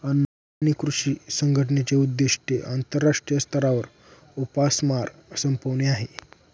अन्न आणि कृषी संघटनेचे उद्दिष्ट आंतरराष्ट्रीय स्तरावर उपासमार संपवणे आहे